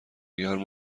گرم